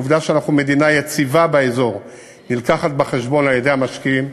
העובדה שאנחנו מדינה יציבה באזור נלקחת בחשבון על-ידי המשקיעים,